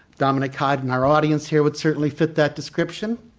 dominic hyde in our audience here would certainly fit that description,